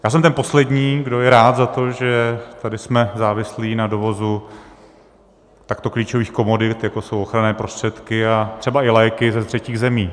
Já jsem ten poslední, kdo je rád za to, že tady jsme závislí na dovozu takto klíčových komodit, jako jsou ochranné prostředky a třeba i léky, ze třetích zemí.